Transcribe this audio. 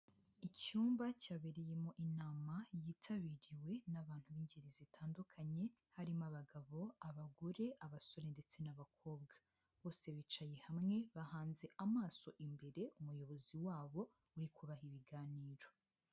Icyumba cyabereyemo inama yitabiriwe n'abantu b'ingeri zitandukanye, harimo abagabo, abagore, abasore ndetse n'abakobwa bose bicaye hamwe bahanze amaso imbere umuyobozi wabo uri kubaha ibiganiro.